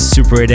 Super